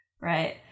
right